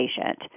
patient